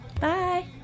Bye